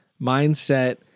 mindset